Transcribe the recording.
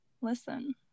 listen